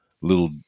Little